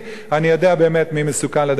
אני יודע באמת מי מסוכן לדמוקרטיה.